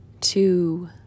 two